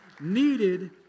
needed